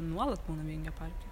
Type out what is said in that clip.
nuolat būnu vingio parke